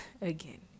again